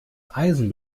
eisen